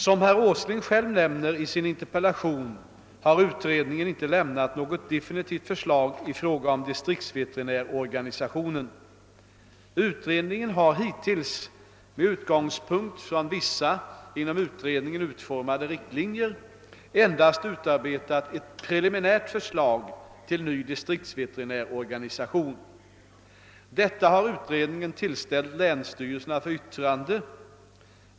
Såsom herr Åsling själv nämner i sin interpellation har utredningen inte lämnat något definitivt förslag i fråga om distriktsveterinärorganisationen. Utredningen har hittills — med utgångspunkt i vissa inom utredningen utformade riktlinjer — endast utarbetat ett preli minärt förslag till ny distriktsveterinärorganisation. Detta har utredningen tillställt länsstyrelserna för yttrande.